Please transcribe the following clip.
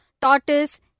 tortoise